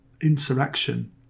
insurrection